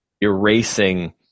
erasing